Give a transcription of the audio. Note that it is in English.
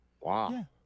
Wow